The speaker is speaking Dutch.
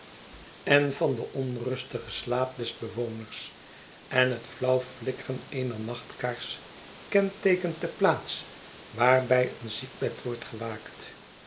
en van den onrustigen slaap des bewoners en het flauw flikkeren eener nachtkaars kenteekent de plaats waar bij een ziekbed wordt gewaakt